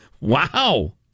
Wow